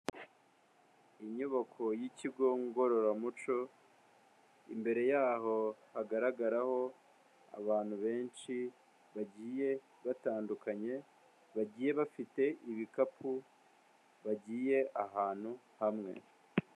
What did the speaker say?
Inyubako y'ikigo ngororamuco, imbere yaho hagaragaraho abantu benshi bagiye batandukanye, bagiye bafite ibikapu bagiye ahantu hamwe.